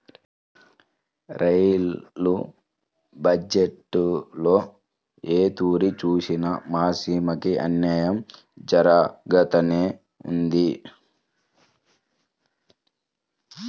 rail బజ్జెట్టులో ఏ తూరి సూసినా మన సీమకి అన్నాయం జరగతానే ఉండాది